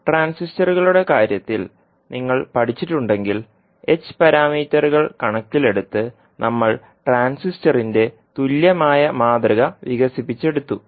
ട്രാൻസിസ്റ്ററുകളുടെ കാര്യത്തിൽ നിങ്ങൾ പഠിച്ചിട്ടുണ്ടെങ്കിൽ h പാരാമീറ്ററുകൾ കണക്കിലെടുത്ത് നമ്മൾ ട്രാൻസിസ്റ്ററിന്റെ തുല്യമായ മാതൃക വികസിപ്പിച്ചെടുത്തു